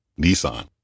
Nissan